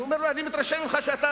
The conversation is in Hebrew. אני אומר לו: אני מתרשם ממך שאתה